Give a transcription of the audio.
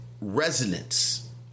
Resonance